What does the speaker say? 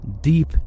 Deep